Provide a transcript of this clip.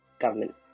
government